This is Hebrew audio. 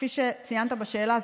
כפי שציינת בשאלה,